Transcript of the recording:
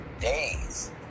days